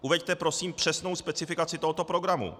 Uveďte prosím přesnou specifikaci tohoto programu.